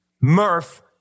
Murph